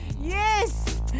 Yes